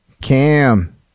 Cam